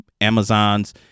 Amazons